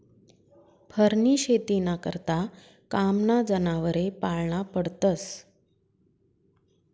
फरनी शेतीना करता कामना जनावरे पाळना पडतस